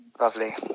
Lovely